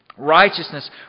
Righteousness